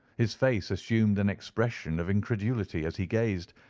his face assumed an expression of incredulity as he gazed,